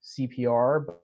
CPR